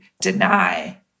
deny